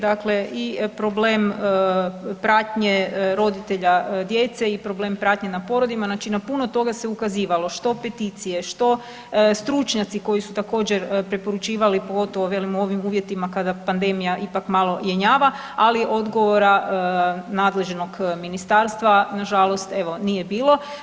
Dakle i problem pratnje roditelja djece i problem pratnje na porodima, znači na puno toga se ukazivalo što peticije, što stručnjaci koji su također preporučivali pogotovo velim u ovim uvjetima kada pandemija ipak malo jenjava, ali odgovora nadležnog ministarstva na žalost evo nije bilo.